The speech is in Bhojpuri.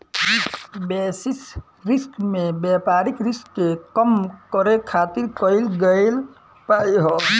बेसिस रिस्क में व्यापारिक रिस्क के कम करे खातिर कईल गयेल उपाय ह